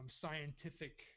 scientific